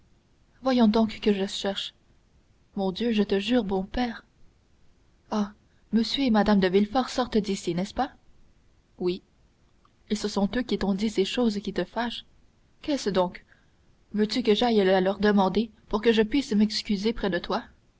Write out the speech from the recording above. voyons donc que je cherche mon dieu je te jure bon père ah m et mme de villefort sortent d'ici n'est-ce pas oui et ce sont eux qui t'ont dit ces choses qui te fâchent qu'est-ce donc veux-tu que j'aille le leur demander pour que je puisse m'excuser près de toi